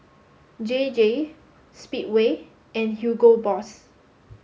J J Speedway and Hugo Boss